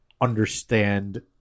understand